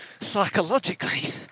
psychologically